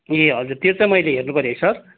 ए हजुर त्यो चाहिँ मैले हेर्नु पऱ्यो है सर